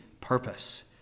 purpose